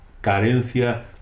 carencia